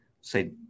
say